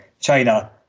China